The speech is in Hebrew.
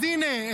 אז הינה,